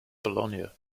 bologna